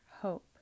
hope